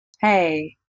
hey